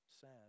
sad